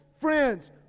friends